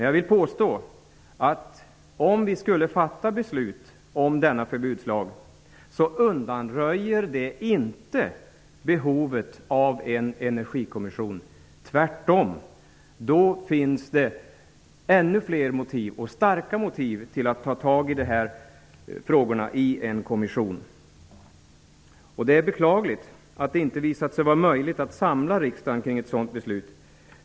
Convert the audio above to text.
Jag vill påstå, att om vi skulle fatta beslut om denna förbudslag undanröjer det inte behovet av en energikommission -- tvärtom. Då finns det ännu fler och starkare motiv för att ta tag i de här frågorna i en kommission. Det är beklagligt att det inte visat sig vara möjligt att samla riksdagen kring ett sådant beslut.